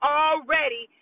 already